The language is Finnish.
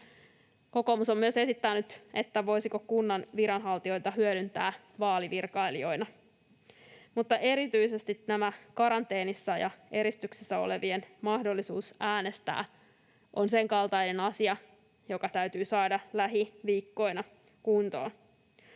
Kokoomus on esittänyt myös, voisiko kunnan viranhaltijoita hyödyntää vaalivirkailijoina. Mutta erityisesti tämä karanteenissa ja eristyksessä olevien mahdollisuus äänestää on senkaltainen asia, joka täytyy saada lähiviikkoina kuntoon.